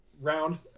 round